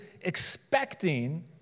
expecting